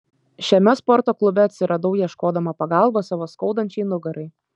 šiame sporto klube atsiradau ieškodama pagalbos savo skaudančiai nugarai